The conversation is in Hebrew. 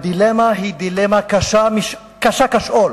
הדילמה היא דילמה קשה כשאול,